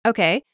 Okay